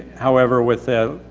however, with a,